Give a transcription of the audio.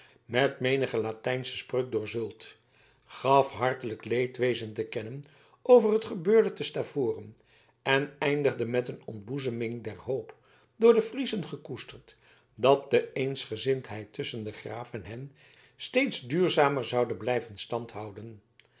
met menige latijnsche spreuk doorzult gaf hartelijk leedwezen te kennen over het gebeurde te stavoren en eindigde met een ontboezeming der hoop door de friezen gekoesterd dat de eensgezindheid tusschen den graaf en hen steeds duurzamer zoude blijven